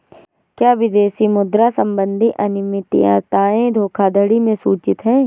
क्या विदेशी मुद्रा संबंधी अनियमितताएं धोखाधड़ी में सूचित हैं?